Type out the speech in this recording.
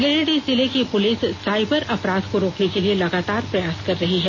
गिरिडीह जिले की police cyber अपराध को रोकने के लिए लगातार प्रयास कर रही है